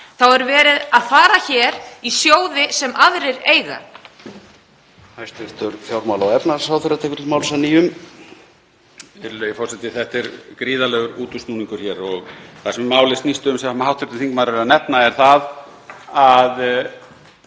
þá er verið að fara hér í sjóði sem aðrir eiga.